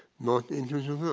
not into